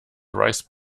rice